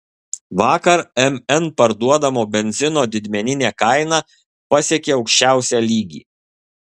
vakar mn parduodamo benzino didmeninė kaina pasiekė aukščiausią lygį